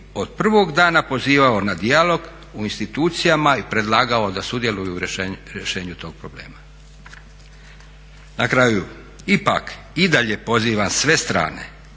od prvog dana pozivao na dijalog u institucijama i predlagao da sudjeluju u rješenju tog problema. Na kraju ipak i dalje pozivam sve strane